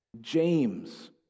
James